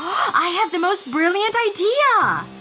i have the most brilliant idea!